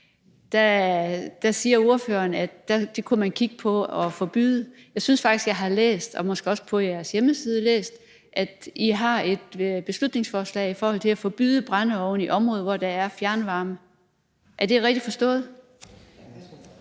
pejse i områder med fjernvarme. Jeg synes faktisk, jeg har læst og måske også på jeres hjemmeside, at I har et beslutningsforslag i forhold til at forbyde brændeovne i områder, hvor der er fjernvarme. Er det rigtigt forstået?